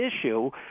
issue